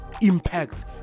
impact